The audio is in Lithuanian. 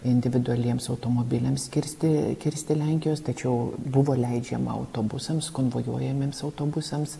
individualiems automobiliams kirsti kirsti lenkijos tačiau buvo leidžiama autobusams konvojuojamiems autobusams